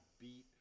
beat